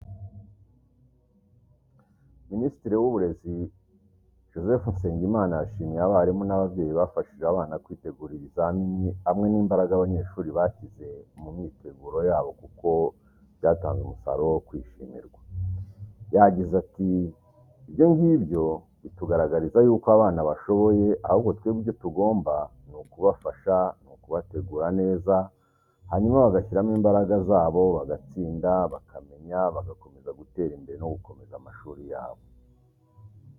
Minisitiri w’Uburezi Joseph Nsengimana yashimiye abarimu n’ababyeyi bafashije abana kwitegura ibizamini hamwe n’imbaraga abanyeshuri bashyize mu myiteguro yabo kuko byatanze umusaruro wo kwishimirwa. Yagize ati: "Ibyo ngibyo bitugaragariza y’uko abana bashoboye, ahubwo twebwe icyo tugomba ni kubafasha, ni ukubategura neza, hanyuma bagashyiramo imbaraga zabo bagatsinda, bakamenya, bagakomeza gutera imbere no gukomeza amashuri yabo."